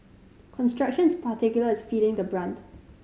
constructions particular is feeling the brunt